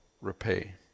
repay